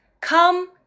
come